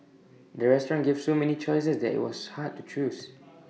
the restaurant gave so many choices that IT was hard to choose